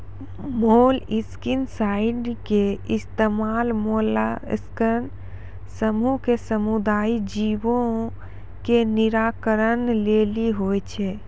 molluscicide के इस्तेमाल mollusc समूहो के समुद्री जीवो के निराकरण लेली होय छै